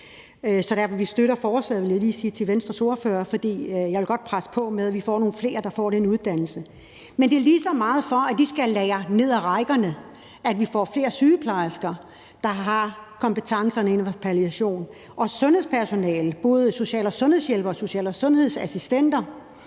fordi vi godt vil presse på, for at vi får nogle flere, der får den uddannelse, det er lige så meget, fordi de skal lære det nede i rækkerne, sådan at vi får flere sygeplejersker, der har kompetencerne inden for palliation, og sundhedspersonale, både social- og sundhedshjælpere og social- og sundhedsassistenter,